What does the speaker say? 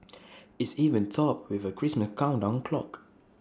it's even topped with A Christmas countdown clock